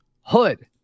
Hood